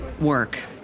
work